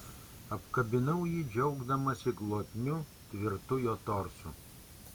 apkabinau jį džiaugdamasi glotniu tvirtu jo torsu